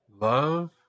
love